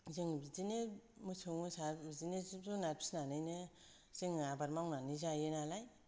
जों बिदिनो मोसौ मोसा बिदिनो जिब जुनार फिसिनानैनो जोङो आबाद मावनानै जायो नालाय